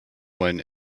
one